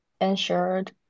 insured